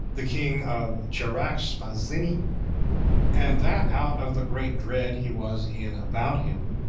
the king of charax spasini and that out of the great dread he was in about him,